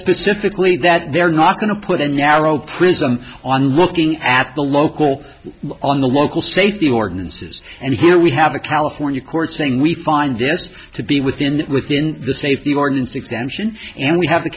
specifically that they're not going to put a narrow prism on looking at the local on the local safety ordinances and here we have a california court saying we find this to be within within the safety ordinance exemption and we have the